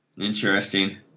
interesting